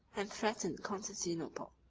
and threatened constantinople.